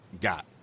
got